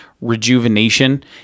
rejuvenation